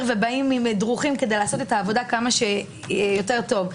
ובאים דרוכים כדי לעשות את העבודה כמה שיותר טוב.